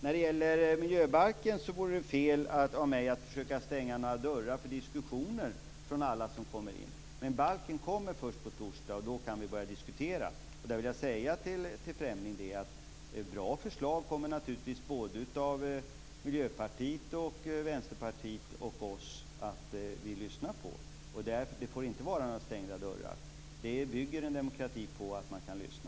När det gäller miljöbalken vore det fel av mig att försöka stänga dörrar för alla som vill diskutera. Men balken kommer först på torsdag, och då kan vi börja diskutera. Jag vill säga till Fremling att bra förslag kommer naturligtvis Miljöpartiet, Vänsterpartiet och vi att lyssna på. Det får inte vara några stängda dörrar. En demokrati bygger på att man kan lyssna.